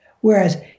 Whereas